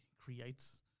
creates